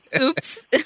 Oops